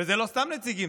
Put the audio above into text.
ואלה לא סתם נציגים,